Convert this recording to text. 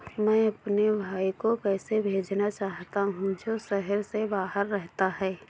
मैं अपने भाई को पैसे भेजना चाहता हूँ जो शहर से बाहर रहता है